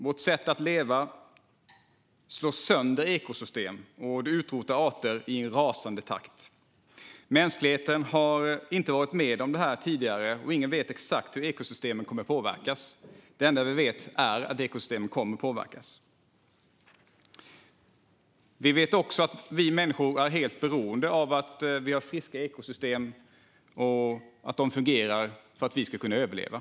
Vårt sätt att leva slår sönder ekosystem och utrotar arter i en rasande takt. Mänskligheten har inte varit med om detta tidigare, och ingen vet exakt hur ekosystemen kommer att påverkas. Det enda vi vet är att ekosystemen kommer att påverkas. Vi vet också att vi människor är helt beroende av att det finns friska ekosystem och att de fungerar så att vi kan överleva.